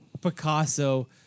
Picasso